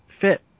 fit